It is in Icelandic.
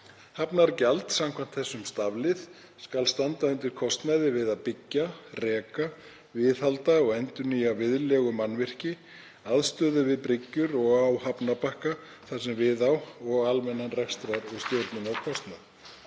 Hafnargjald samkvæmt þessum staflið skal standa undir kostnaði við að byggja, reka, viðhalda og endurnýja viðlegumannvirki, aðstöðu við bryggjur og á hafnarbakka þar sem við á og almennan rekstrar- og stjórnunarkostnað.